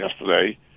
yesterday